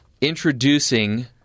introducing